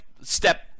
step